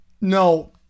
No